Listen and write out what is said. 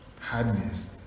hardness